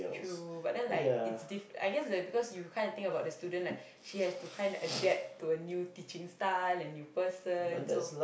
true but then like is diff~ I guess is because you kind of think about the student like she has to kind of adapt to a new teaching style a new person so